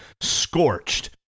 scorched